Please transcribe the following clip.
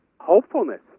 hopefulness